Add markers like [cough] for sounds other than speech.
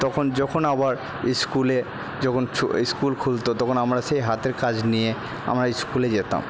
তখন যখন আবার ইস্কুলের যখন [unintelligible] স্কুল খুলতো তখন আমরা সেই হাতের কাজ নিয়ে আমরা ইস্কুলে যেতাম